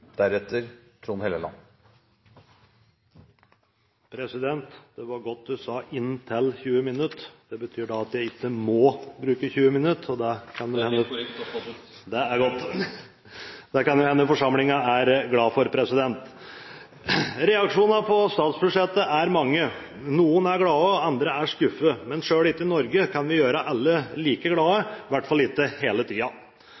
Det var godt presidenten sa «inntil 20 minutter». Det betyr at jeg ikke må bruke 20 minutter. Det er helt korrekt oppfattet. Det er godt. Det kan det jo hende forsamlingen er glad for! Reaksjonene på statsbudsjettet er mange. Noen er glade, og andre er skuffet. Men selv ikke i Norge kan vi gjøre alle like glade,